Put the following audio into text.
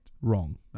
wrong